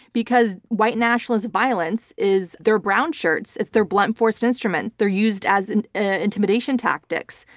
because white nationalist violence is their brown shirts, it's their blunt force instruments. they're used as and ah intimidation tactics.